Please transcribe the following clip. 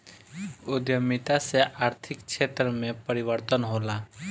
उद्यमिता से आर्थिक क्षेत्र में परिवर्तन होला